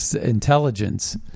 intelligence